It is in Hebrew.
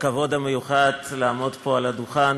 הכבוד המיוחד לעמוד פה על הדוכן